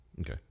Okay